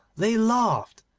they laughed,